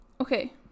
Okay